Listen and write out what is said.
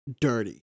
dirty